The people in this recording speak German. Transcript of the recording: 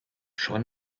schon